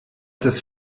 das